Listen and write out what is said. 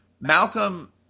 malcolm